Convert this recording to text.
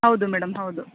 ಹೌದು ಮೇಡಮ್ ಹೌದು